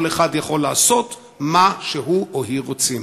כל אחד יכול לעשות מה שהוא או היא רוצים.